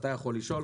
אתה יכול לשאול,